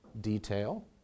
detail